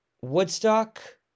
Woodstock